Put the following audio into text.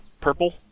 purple